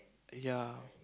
ya